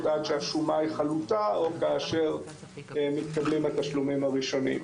עד שהשומה היא חלוטה או כאשר מתקבלים התשלומים הראשונים.